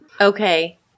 Okay